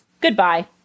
Goodbye